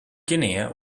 guinea